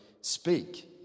speak